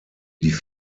die